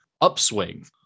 upswing